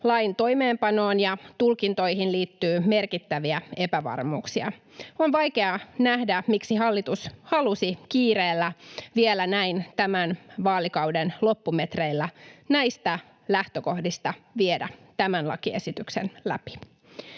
lain toimeenpanoon ja tulkintoihin liittyy merkittäviä epävarmuuksia. On vaikeaa nähdä, miksi hallitus halusi kiireellä vielä näin tämän vaalikauden loppumetreillä näistä lähtökohdista viedä tämän lakiesityksen läpi.